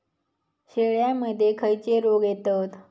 शेळ्यामध्ये खैचे रोग येतत?